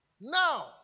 Now